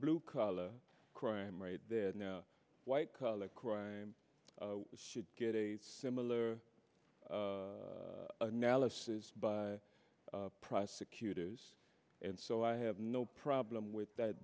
blue collar crime right there now white collar crime should get a similar analysis by prosecutors and so i have no problem with that